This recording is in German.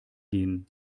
gehen